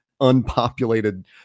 unpopulated